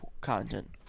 Content